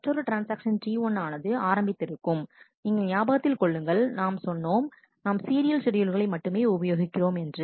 மற்றொரு transaction T1 ஆனது ஆரம்பித்திருக்கும் நீங்கள் ஞாபகத்தில் கொள்ளுங்கள் நாம் சொன்னோம் நாம் சீரியல் ஷெட்யூல்களை மட்டுமே உபயோகிக்கவும் என்று